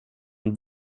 und